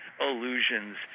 illusions